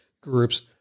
groups